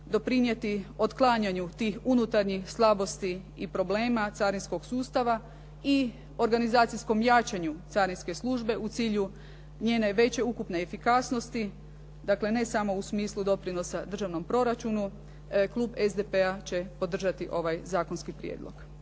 doprinijeti otklanjanju tih unutarnjih slabosti i problema carinskog sustava i organizacijskom jačanju carinske službe u cilju njene veće ukupne efikasnosti, dakle, ne samo u smislu doprinosa državnom proračunu klub SDP-a će podržati ovaj zakonski prijedlog.